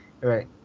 Right